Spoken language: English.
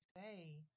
say